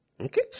Okay